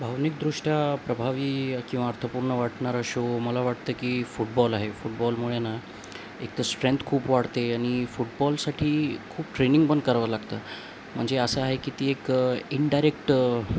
भावनिकदृष्ट्या प्रभावी किंवा अर्थपूर्ण वाटणारा शो मला वाटतं की फुटबॉल आहे फुटबॉलमुळे ना एकतर स्ट्रेंथ खूप वाटते आणि फुटबॉलसाठी खूप ट्रेनिंग पण करावं लागतं म्हणजे असं आहे की ती एक इनडायरेक्ट